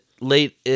late